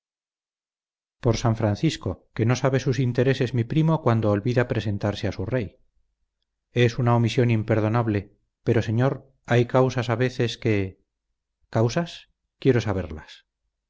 por san francisco que no sabe sus intereses mi primo cuando olvida presentarse a su rey es una omisión imperdonable pero señor hay causas a veces que causas quiero saberlas